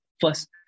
first